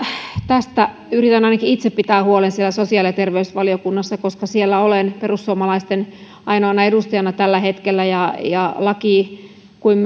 tästä yritän ainakin itse pitää huolen siellä sosiaali ja terveysvaliokunnassa koska siellä olen perussuomalaisten ainoana edustajana tällä hetkellä ja ja tämä laki kuin